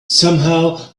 somehow